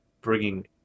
bringing